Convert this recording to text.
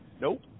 Nope